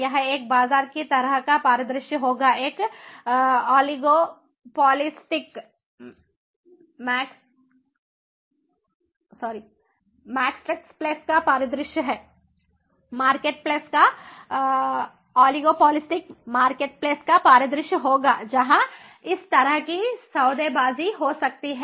यह एक बाजार की तरह का परिदृश्य होगा एक ऑलिगोपॉलिस्टिक मार्केट प्लेस का परिदृश्य होगा जहां इस तरह की सौदेबाजी हो सकती है